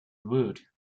wood